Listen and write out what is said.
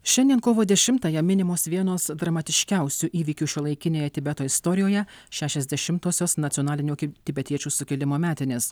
šiandien kovo dešimtąją minimos vienos dramatiškiausių įvykių šiuolaikinėje tibeto istorijoje šešiasdešimtosios nacionalinio tibetiečių sukilimo metinės